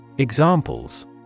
Examples